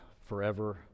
forever